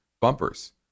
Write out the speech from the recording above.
bumpers